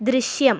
ദൃശ്യം